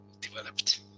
developed